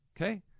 okay